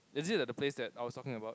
is it at the place that I was talking about